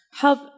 help